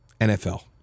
NFL